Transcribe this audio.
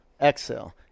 exhale